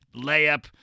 layup